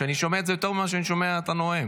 אני שומע את זה יותר ממה שאני שומע את הנואם.